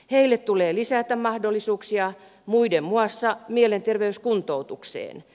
heille tulee lisätä mahdollisuuksia muiden muassa mielenterveyskuntoutukseen